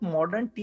Modern